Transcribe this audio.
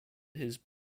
his